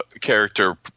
character